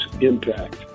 impact